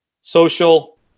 social